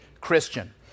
Christian